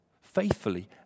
faithfully